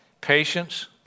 patience